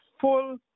full